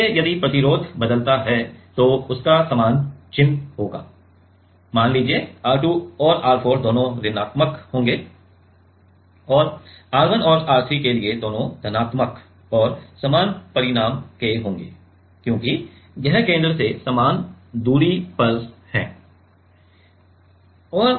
इसलिए यदि प्रतिरोध बदलता है तो उसका समान चिन्ह होगा मान लीजिए R 2 और R 4 दोनों ऋणात्मक होंगे और R 1 और R 3 के लिए दोनों धनात्मक और समान परिमाण के होंगे क्योंकि यह केंद्र से समान दूरी से है